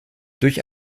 durch